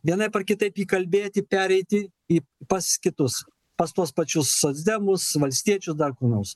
vienaip ar kitaip įkalbėti pereiti į pas kitus pas tuos pačius socdemus valstiečius dar kur nors